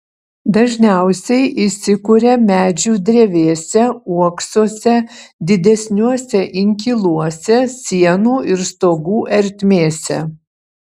dažniausiai įsikuria medžių drevėse uoksuose didesniuose inkiluose sienų ir stogų ertmėse